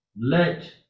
Let